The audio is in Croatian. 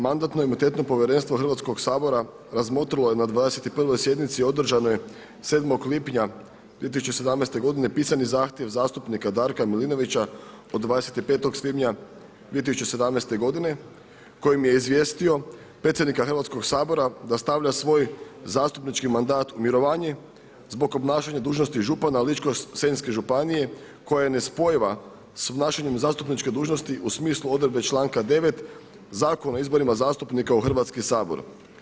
Mandatno-imunitetno povjerenstvo Hrvatskog sabora razmotrilo je na 21. sjednici održanoj 7. lipnja 2017. godine pisani zahtjev zastupnika Darka Milinovića od 25. svibnja 2017. godine kojim je izvijestio predsjednika Hrvatskog sabora da stavlja svoj zastupnički mandat u mirovanje zbog obnašanja dužnosti župana Ličko-senjske županije koja je nespojiva sa obnašanjem zastupničke dužnosti u smislu odredbe članka 9. Zakona o izborima zastupnika u Hrvatski sabor.